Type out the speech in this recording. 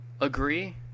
agree